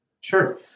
Sure